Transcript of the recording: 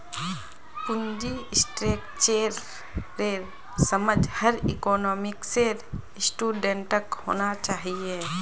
पूंजी स्ट्रक्चरेर समझ हर इकोनॉमिक्सेर स्टूडेंटक होना चाहिए